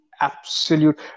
absolute